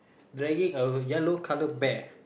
dragging a yellow color bear